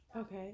Okay